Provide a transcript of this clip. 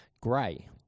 grey